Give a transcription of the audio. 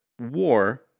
war